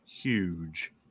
huge